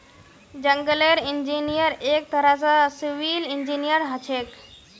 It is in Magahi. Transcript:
जंगलेर इंजीनियर एक तरह स सिविल इंजीनियर हछेक